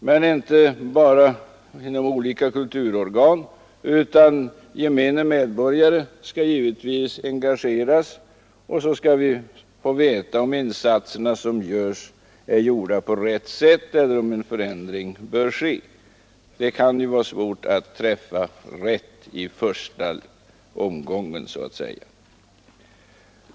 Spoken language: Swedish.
Men inte bara olika kulturorgan, utan folket, de enskilda medborgarna, skall givetvis engageras. Därigenom skall vi få veta om insatserna är gjorda på rätt sätt eller om förändringar bör ske. Det kan ju vara svårt att träffa rätt i första omgången.